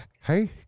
hey